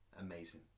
amazing